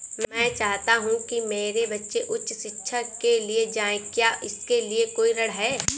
मैं चाहता हूँ कि मेरे बच्चे उच्च शिक्षा के लिए जाएं क्या इसके लिए कोई ऋण है?